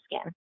skin